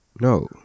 No